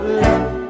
let